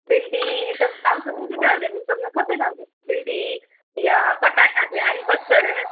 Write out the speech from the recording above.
भिंडी ई सभु जाम सुठी सुठी आहियूं अथनि हीअ सभु न खपे तव्हांखे भिंडी या पटाटा पिया आहिनि बसर